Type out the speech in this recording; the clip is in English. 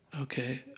Okay